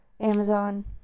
Amazon